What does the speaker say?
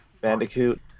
Bandicoot